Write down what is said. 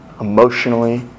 emotionally